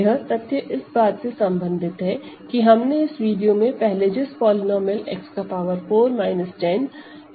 यह तथ्य इस बात से संबंधित है कि हमने इस वीडियो में पहले जिस पॉलीनोमिअल x4 10 x2 1 की है